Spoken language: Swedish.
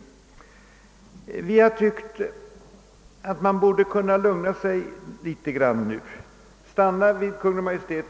Vi som står bakom reservationen 4b har tyckt att man borde kunna lugna sig litet grand nu och stanna vid den av Kungl Maj:t